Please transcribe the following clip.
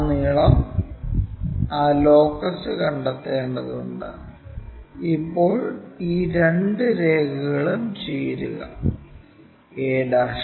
ഈ നീളം ആ ലോക്കസിൽ കണ്ടെത്തേണ്ടതുണ്ട് ഇപ്പോൾ ഈ രണ്ട് രേഖകളിലും ചേരുക a